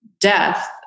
death